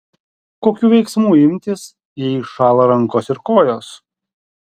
kokių veiksmų imtis jei šąla rankos ir kojos